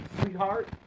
sweetheart